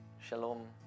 Shalom